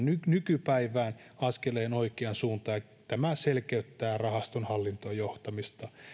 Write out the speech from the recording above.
nykypäivään askeleen oikeaan suuntaan ja tämä selkeyttää rahaston hallintojohtamista